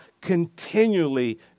continually